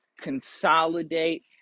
consolidate